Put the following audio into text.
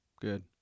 Good